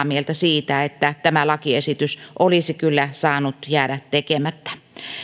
mieltä siitä että tämä lakiesitys olisi kyllä saanut jäädä tekemättä